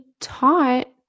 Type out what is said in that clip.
taught